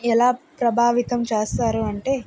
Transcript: ఎలా ప్రభావితం చేస్తారు అంటే